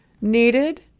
needed